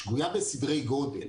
שגויה בסדרי גודל,